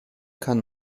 kann